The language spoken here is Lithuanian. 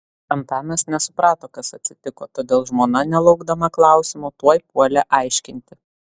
antanas nesuprato kas atsitiko todėl žmona nelaukdama klausimo tuoj puolė aiškinti